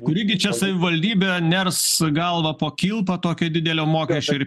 kuri gi čia savivaldybė ners galvą po kilpą tokio didelio mokesčio ir